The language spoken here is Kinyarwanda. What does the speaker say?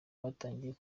batangiye